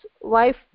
wife